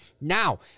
Now